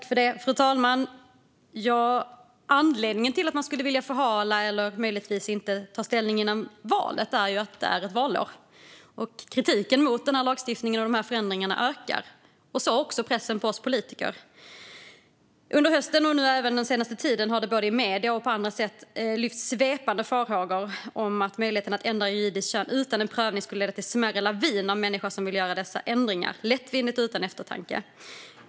Fru talman! Anledningen till att man skulle vilja förhala frågan eller möjligtvis inte ta ställning före valet är just att det är valår. Kritiken mot den här lagstiftningen och de här förändringarna ökar, så också pressen på oss politiker. Under hösten och även den senaste tiden har det både i medier och på andra sätt lyfts fram svepande farhågor om att möjligheten att ändra juridiskt kön utan prövning skulle leda till en smärre lavin av människor som vill göra dessa ändringar lättvindigt och utan eftertanke.